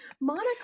Monica